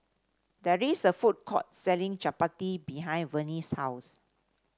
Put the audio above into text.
there is a food court selling Chapati behind Venie's house